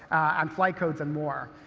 and flight codes and more.